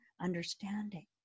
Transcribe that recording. understanding